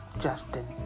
Justin